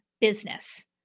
business